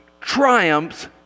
triumphs